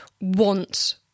want